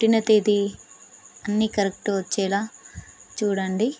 పుట్టిన తేదీ అన్నీ కరెక్ట్ వచ్చేలా చూడండి